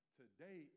today